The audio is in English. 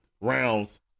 rounds